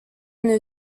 new